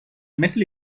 مثل